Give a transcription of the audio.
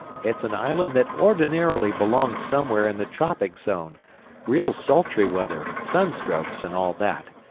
it's an island that ordinarily belongs somewhere in the tropic zone real sultry weather, sunstrokes and all that.